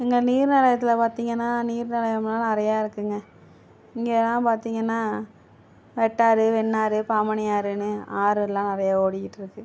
எங்கள் நீர் நிலையத்துல பார்த்திங்கன்னா நீர் நிலையம்லாம் நிறையா இருக்குங்க இங்கேலாம் பார்த்திங்கன்னா வெட்டாறு வெண்ணாறு பாமணி ஆறுன்னு ஆறுலாம் நிறையா ஓடிக்கிட்டிருக்கு